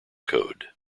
code